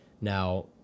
now